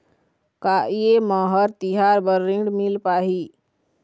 का ये म हर तिहार बर ऋण मिल पाही?